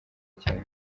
cyane